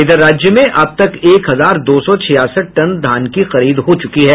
इधर राज्य में अब तक एक हजार दो सौ छियासठ टन धान की खरीद हो चुकी है